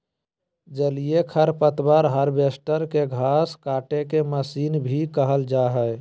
जलीय खरपतवार हार्वेस्टर, के घास काटेके मशीन भी कहल जा हई